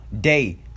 day